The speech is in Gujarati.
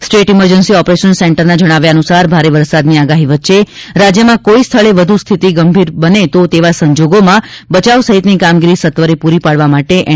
સ્ટેટ ઇમરજન્સી ઓપરેશન સેન્ટરના જણાવ્યાનુસાર ભારે વરસાદની આગાહી વચ્ચે રાજ્યમાં કોઇ સ્થળે વધુ સ્થિતિ ગંભીર બને તો તેવા સંજોગોમાં બચાવ સહિતની કામગીરી સત્વરે પૂરી પાડવા માટે એન